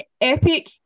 epic